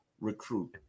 recruit